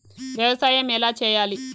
వ్యవసాయం ఎలా చేయాలి?